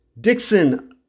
Dixon